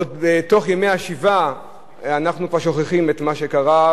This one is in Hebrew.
עוד בתוך ימי השבעה אנחנו כבר שוכחים את מה שקרה,